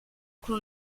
con